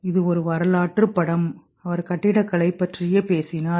இது ஒரு வரலாற்றுப் படம் அவர் கட்டிடக்கலை பற்றி பேசினார்